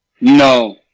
No